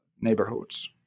neighborhoods